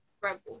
rebel